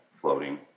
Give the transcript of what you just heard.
floating